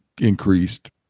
increased